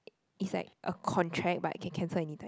is like a contract but can cancel anytime